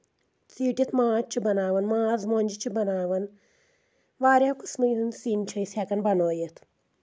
ژیٖٹِتھ ماز چھِ بناوان ماز مۄنٛجہِ چھِ بناوان واریاہ قٕسمٕے ہُنٛد سِنۍ چھِ أسۍ ہؠکان بنٲیِتھ